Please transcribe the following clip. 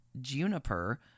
Juniper